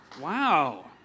Wow